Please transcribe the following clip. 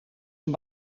een